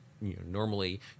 normally